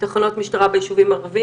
תחנות משטרה ביישובים הערביים?